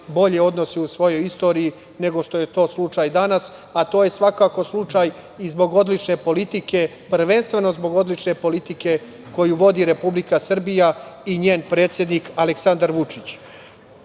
bolje odnose u svojoj istoriji nego što je to slučaj danas, a to je svakako slučaj i zbog odlične politike, prvenstveno zbog odlične politike koju vodi Republika Srbija i njen predsednik Aleksandar Vučić. Takođe